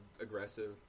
aggressive